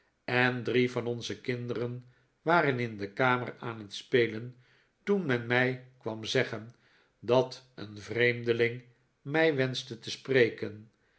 en drie van onze kinderen waren in de karrier aan het spelen toen men mij kwam zeggen dat een vreemdeling mij wenschte te spreken